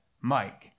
Mike